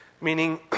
meaning